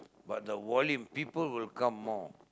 but the volume people will come more